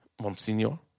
Monsignor